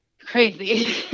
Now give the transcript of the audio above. crazy